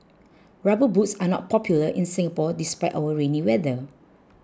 rubber boots are not popular in Singapore despite our rainy weather